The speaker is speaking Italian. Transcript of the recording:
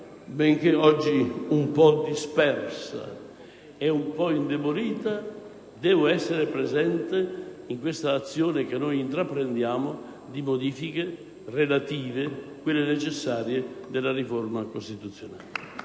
benché oggi sia un po' dispersa e un po' indebolita, deve essere presente in questa azione che noi intraprendiamo di modifiche relative e necessarie di riforma costituzionale.